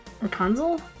Rapunzel